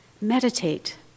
Meditate